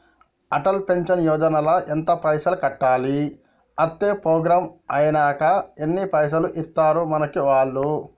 Atal pension Yojana ల ఎంత పైసల్ కట్టాలి? అత్తే ప్రోగ్రాం ఐనాక ఎన్ని పైసల్ ఇస్తరు మనకి వాళ్లు?